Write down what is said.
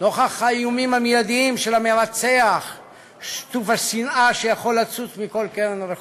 נוכח האיומים המיידיים של המרצח שטוף השנאה שיכול לצוץ מכל קרן רחוב.